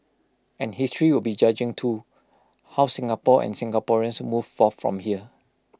and history will be judging too how Singapore and Singaporeans move forth from here